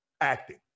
acting